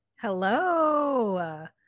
Hello